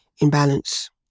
imbalance